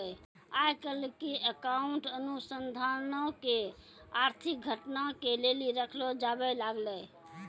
आइ काल्हि अकाउंटिंग अनुसन्धानो के आर्थिक घटना के लेली रखलो जाबै लागलै